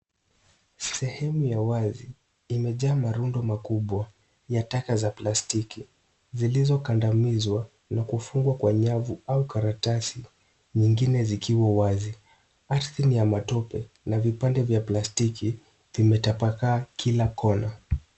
Sehemu ya wazi imejaa marundo makubwa ya taka za plastiki zilizokandamizwa na kufungwa kwa nyavu au karatasi nyingine zikiwa wazi. Ardhi ni ya matope na vipande vya plasti vimetapakaa kila kona.